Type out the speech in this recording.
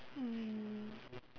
mm